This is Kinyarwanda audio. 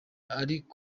ariko